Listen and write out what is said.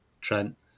Trent